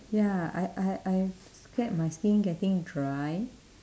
ya I I I scared my skin getting dry